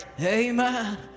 amen